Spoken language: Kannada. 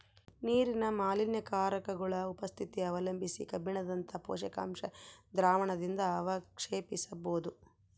ನೀರಿನ ಮಾಲಿನ್ಯಕಾರಕಗುಳ ಉಪಸ್ಥಿತಿ ಅವಲಂಬಿಸಿ ಕಬ್ಬಿಣದಂತ ಪೋಷಕಾಂಶ ದ್ರಾವಣದಿಂದಅವಕ್ಷೇಪಿಸಬೋದು